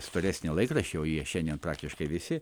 storesnį laikraštį o jie šiandien praktiškai visi